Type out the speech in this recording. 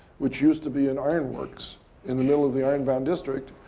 which used to be an ironworks in the middle of the ironbound district.